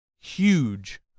Huge